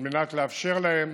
על מנת לאפשר להם